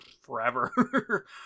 forever